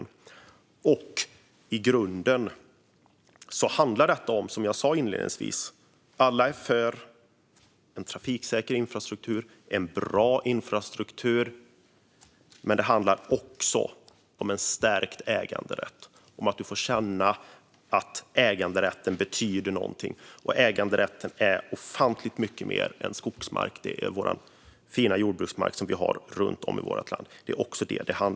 Som jag sa inledningsvis handlar detta om att alla i grunden är för en trafiksäker infrastruktur och en bra infrastruktur - men det handlar också om en stärkt äganderätt och att människor ska få känna att äganderätten betyder någonting. Äganderätten handlar om ofantligt mycket mer än skogsmark; den handlar även om den fina jordbruksmark vi har runt om i vårt land.